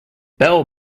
bell